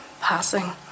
passing